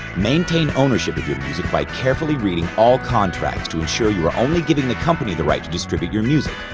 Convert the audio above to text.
maintain ownership of your music by carefully reading all contracts to ensure you are only giving the company the right to distribute your music.